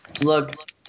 look